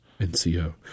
NCO